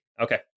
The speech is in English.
Okay